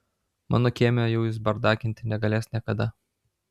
mano kieme jau jis bardakinti negalės niekada